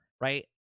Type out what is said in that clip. Right